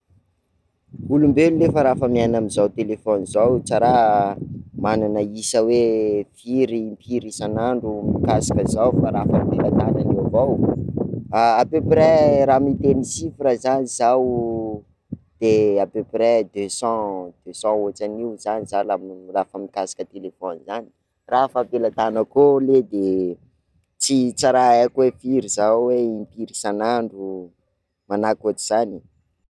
Olombelo ley le fa raha efa miaina amzao telefony zao, ts raha manana isa hoe firy, impiry isan'andro mikasika zao fa raha efa am-pelatanana eo avao, à peu prés, raha miteny chiffre zany zaho, de à peu prés deux cent, deux cent otran'io zany zaho laha- raha efa mikasika telefony zany, raha efa am-pelantanako eo ley de tsy- ts raha haiko hoe firy zao hoe, impiry isan'andro, manahaka ohatr'izany.